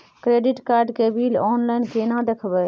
Credit card के bill online केना देखबय?